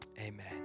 Amen